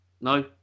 No